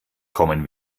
kommen